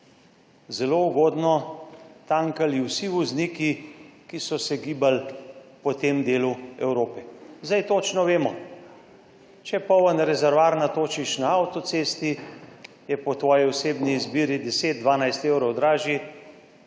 zelo ugodno tankali vsi vozniki, ki so se gibali po tem delu Evrope. Zdaj točno vemo, če poln rezervoar točiš na avtocesti je po tvoji osebni izbiri 10, 12 evrov dražji,